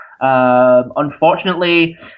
unfortunately